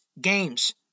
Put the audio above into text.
games